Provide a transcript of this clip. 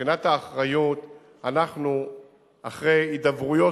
אנחנו אחרי הידברויות,